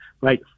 right